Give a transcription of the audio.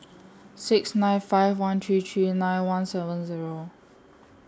six nine five one three three nine one seven Zero